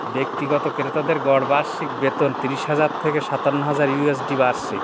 ব্যক্তিগত ক্রেতাদের গড় বার্ষিক বেতন তিরিশ হাজার থেকে সাতান্ন হাজার ইউএসডি বার্ষিক